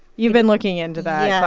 you've been looking into that, yeah